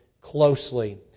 closely